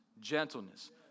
gentleness